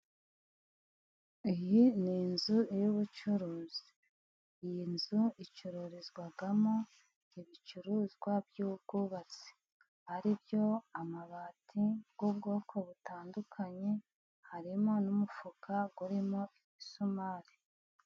Iyi ni inzu y'ubucuruzi, iyi nzu icururizwamo ibicuruzwa by'ubwubatsi ari byo amabati y'ubwoko butandukanye, harimo n'umufuka urimo imisumari.